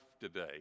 today